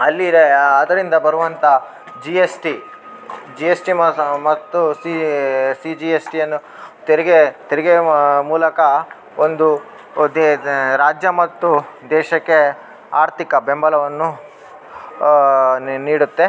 ಅಲ್ಲಿರೋ ಅದರಿಂದ ಬರುವಂಥ G S T G S T ಮಹ ಮತ್ತು ಸೀ ಸಿ ಜಿ ಎಸ್ ಟಿಯನ್ನು ತೆರಿಗೆ ತೆರಿಗೆ ಮೂಲಕ ಒಂದು ದೇ ದ ರಾಜ್ಯ ಮತ್ತು ದೇಶಕ್ಕೆ ಆರ್ಥಿಕ ಬೆಂಬಲವನ್ನು ನೀಡುತ್ತೆ